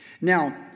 Now